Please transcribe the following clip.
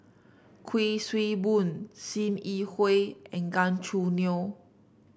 Kuik Swee Boon Sim Yi Hui and Gan Choo Neo